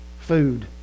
food